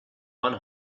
one